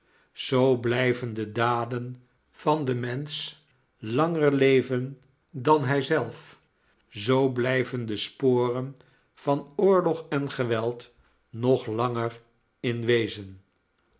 blijven de daden van den mensch langer leven dan hij zelf zoo blijven de sporen van oorlog en geweld nog lang in wezen